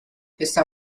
está